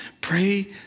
pray